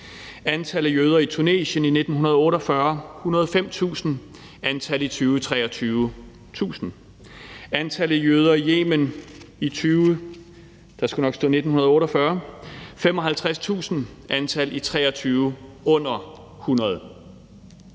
Antallet af jøder i Tunesien i 1948: 105.000, antallet af jøder i 2023: 1.000. Antallet af jøder i Yemen i 1948: 55.000, antallet af jøder i 2023: under 100.